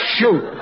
Shoot